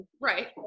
Right